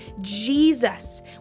Jesus